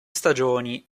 stagioni